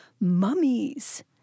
mummies